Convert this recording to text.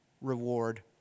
reward